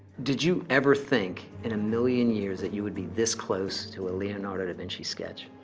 did you ever think, in a million years, that you would be this close to a leonardo da vinci sketch?